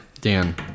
Dan